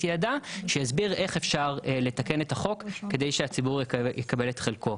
ייעדה שיסביר איך אפשר לתקן את החוק כדי שהציבור יקבל את חלקו.